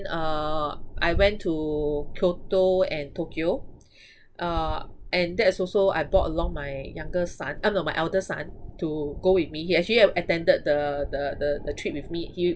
uh I went to kyoto and tokyo uh and that's also I brought along my younger son uh no my eldest son to go with me he actually attended the the the the trip with me he